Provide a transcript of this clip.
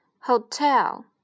Hotel